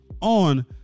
on